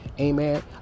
amen